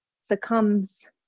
succumbs